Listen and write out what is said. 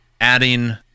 adding